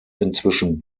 inzwischen